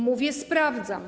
Mówię: sprawdzam.